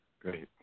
Great